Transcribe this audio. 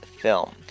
film